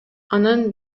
анын